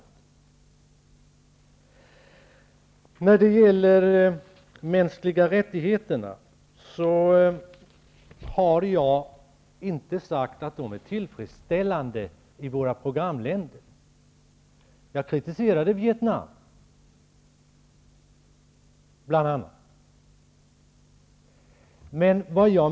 Jag har inte sagt att läget för de mänskliga rättigheterna är tillfredsställande i våra programländer. Jag kritiserade bl.a. Vietnam.